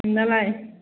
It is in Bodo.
नोंनालाय